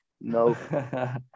No